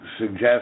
suggest